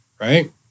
Right